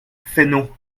fesneau